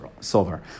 silver